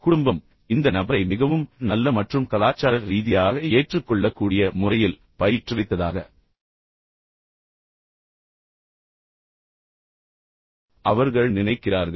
உண்மையில் குடும்பம் உண்மையில் இந்த நபரை மிகவும் நல்ல மற்றும் கலாச்சார ரீதியாக ஏற்றுக்கொள்ளக்கூடிய முறையில் பயிற்றுவித்ததாக அவர்கள் நினைக்கிறார்கள்